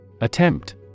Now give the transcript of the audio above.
Attempt